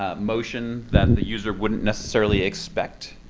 ah motion that the user wouldn't necessarily expect,